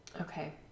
Okay